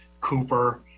Cooper